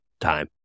time